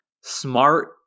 smart